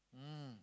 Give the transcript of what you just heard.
mm